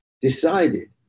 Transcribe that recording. decided